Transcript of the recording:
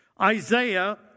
Isaiah